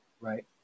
right